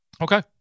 Okay